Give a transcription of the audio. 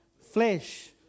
Flesh